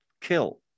kill